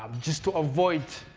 um just to avoid